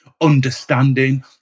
understanding